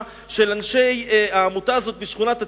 של אנשי העמותה הזאת בשכונת התקווה,